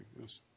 Yes